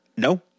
No